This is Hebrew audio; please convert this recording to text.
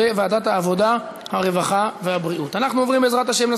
רוזין וגם חבר הכנסת, אדוני היושב-ראש, ראיתי, כן.